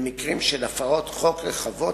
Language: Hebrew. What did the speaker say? במקרים של הפרות חוק רחבות